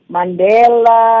Mandela